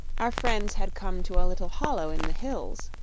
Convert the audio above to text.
our friends had come to a little hollow in the hills,